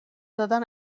دادن